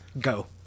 go